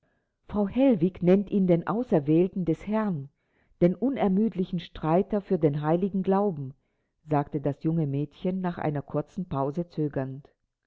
frau hellwig nennt ihn den auserwählten des herrn den unermüdlichen streiter für den heiligen glauben sagte das junge mädchen nach einer kurzen pause zögernd